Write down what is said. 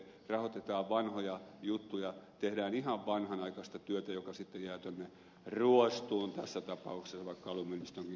rahoitetaan vanhoja juttuja tehdään ihan vanhanaikaista työtä joka sitten jää tuonne ruostumaan tässä tapauksessa vaikka alumiinista onkin kyse